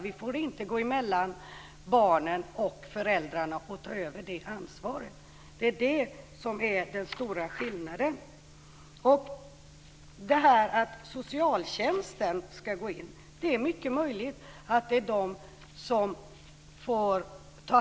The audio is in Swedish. Vi får inte gå emellan barnen och föräldrarna och ta över det ansvaret. Det är det som är den stora skillnaden. Det är mycket möjligt att socialtjänsten får ta hand om den här frågan. Vi har inte gett några anvisningar kring detta i vår motion. Vi har sagt att staten exempelvis kan ställa upp med ett lån för att övergångsvis klara ut detta.